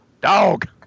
dog